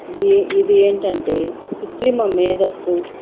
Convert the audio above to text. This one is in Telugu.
ఇది ఇది ఏంటంటే కృత్రిమ మేధస్సు